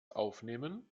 aufnehmen